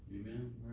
Amen